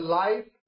life